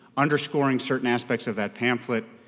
underscoring certain aspects of that pamphlet,